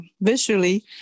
visually